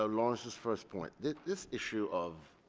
ah lawrence's first point this this issue of